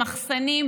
במחסנים,